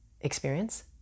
experience